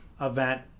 event